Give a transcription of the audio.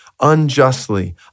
unjustly